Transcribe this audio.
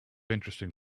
interesting